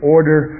Order